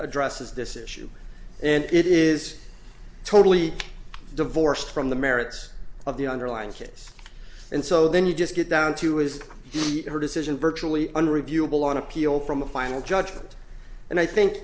addresses this issue and it is totally divorced from the merits of the underlying case and so then you just get down to his or her decision virtually unreviewable on appeal from a final judgment and i think